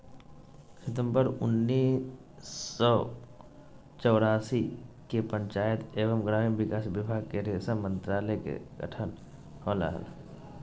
सितंबर उन्नीस सो चौरासी के पंचायत एवम ग्रामीण विकास विभाग मे रेशम मंत्रालय के गठन होले हल,